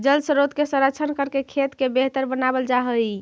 जलस्रोत के संरक्षण करके खेत के बेहतर बनावल जा हई